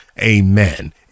amen